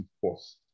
force